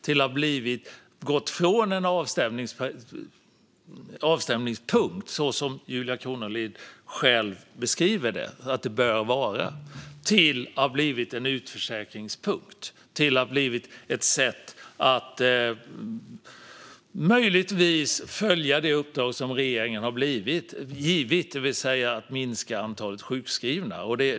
Det har gått från att handla om en avstämningspunkt, som Julia Kronlid själv beskriver att det bör vara, till att ha blivit en utförsäkringspunkt. Det har blivit ett sätt att möjligtvis följa det uppdrag som regeringen har givit, det vill säga minska antalet sjukskrivna.